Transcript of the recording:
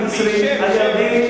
הפלסטינים, המצרים, הירדנים.